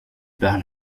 barre